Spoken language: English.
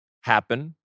happen